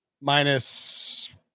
minus